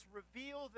reveal